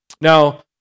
Now